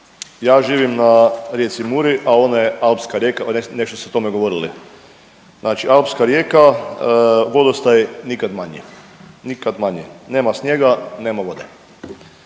ja živim na rijeci Muri, a ona je alpska rijeka nešto ste o tome govorili, znači alpska rijeka vodostaj nikad manji, nikad manji. Nema snijega, nema vode.